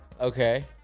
Okay